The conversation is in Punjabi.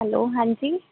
ਹੈਲੋ ਹਾਂਜੀ